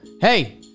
hey